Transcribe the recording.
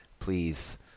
Please